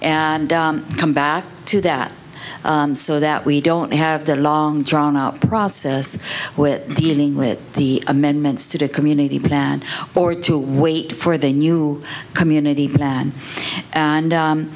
and come back to that so that we don't have the long drawn out process with dealing with the amendments to the community plan or to wait for the new community man and